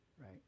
right